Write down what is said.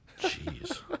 Jeez